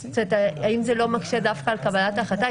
האם זה לא מקשה דווקא על קבלת ההחלטה?